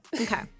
Okay